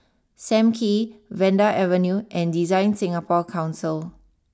Sam Kee Vanda Avenue and DesignSingapore Council